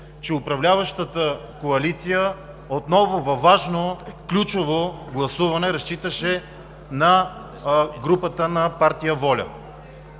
че управляващата коалиция отново във важно, ключово гласуване разчиташе на групата на Партия „Воля“.